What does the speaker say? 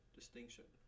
distinction